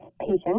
patient